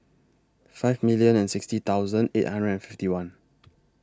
five million and sixty thousand eight hundred and fifty one